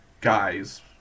guys